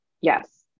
yes